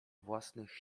własnych